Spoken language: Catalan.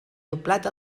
doblat